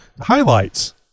highlights